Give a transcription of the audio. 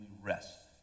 rest